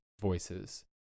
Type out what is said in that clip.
voices